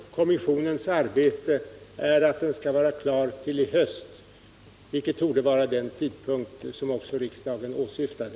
Herr talman! Tidsperspektivet för kommissionens arbete är att det skall bli färdigt till i höst, vilket torde vara den tidpunkt som riksdagen åsyftade.